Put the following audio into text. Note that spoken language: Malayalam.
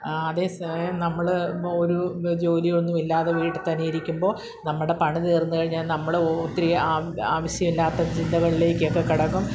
ആ അതെ സമയം നമ്മൾ ഇപ്പോൾ ഒരു ജോലി ഒന്നും ഇല്ലാതെ വീട്ടിൽ തന്നെ ഇരിക്കുമ്പോൾ നമ്മുടെ പണി തീർന്നു കഴിഞ്ഞാൽ നമ്മൾ ഒത്തിരി ആവശ്യമില്ലാത്ത ചിന്തകളിലേക്കൊക്കെ കടക്കും